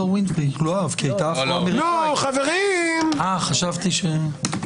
תודה רבה, חבר הכנסת רון כץ.